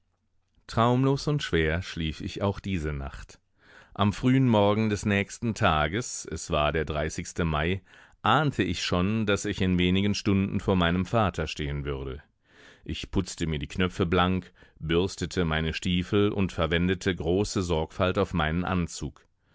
traumlos und schwer schlief ich auch diese nacht am frühen morgen des nächsten tages es war der dreißigste mai ahnte ich schon daß ich in wenigen stunden vor meinem vater stehen würde ich putzte mir die knöpfe blank bürstete meine stiefel und verwendete große sorgfalt auf meinen anzug